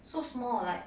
so small like